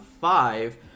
five